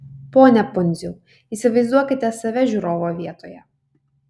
pone pundziau įsivaizduokite save žiūrovo vietoje